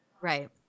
Right